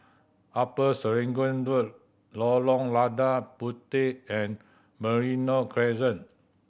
Upper Serangoon Road Lorong Lada Puteh and Merino Crescent